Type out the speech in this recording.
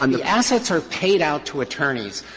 um the assets are paid out to attorneys,